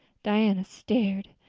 diana stared.